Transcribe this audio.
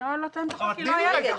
נוהל לא תואם את החוק, כי לא היה חוק.